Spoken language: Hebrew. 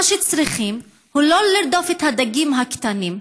מה שצריכים זה לא לרדוף את הדגים הקטנים.